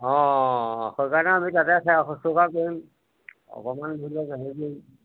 অঁ অঁ অঁ সেইকাৰণে আমি তাতে সেৱা শুশ্ৰূষা কৰিম অকমান ধৰি লওক